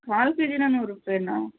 ಕಾಲು ಕೆ ಜಿನ ನೂರು ರೂಪಾಯಿನಾ